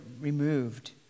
removed